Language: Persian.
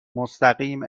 مستقیم